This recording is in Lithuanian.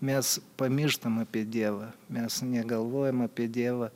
mes pamirštam apie dievą mes negalvojam apie dievą